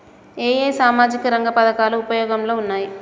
ఏ ఏ సామాజిక రంగ పథకాలు ఉపయోగంలో ఉన్నాయి?